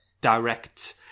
direct